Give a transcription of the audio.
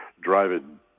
driving